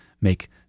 make